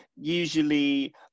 usually